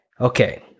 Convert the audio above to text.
okay